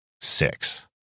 six